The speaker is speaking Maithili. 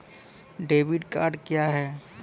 डेबिट कार्ड क्या हैं?